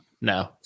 no